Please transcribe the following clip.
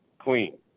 clean